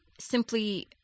simply